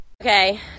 Okay